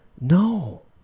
No